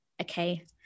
okay